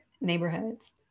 neighborhoods